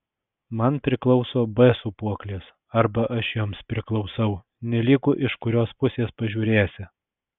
man priklauso b sūpuoklės arba aš joms priklausau nelygu iš kurios pusės pažiūrėsi